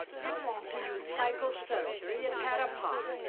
you want to use psychosurgery at para park?